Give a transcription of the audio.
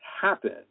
happen